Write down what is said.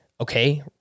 okay